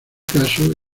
caso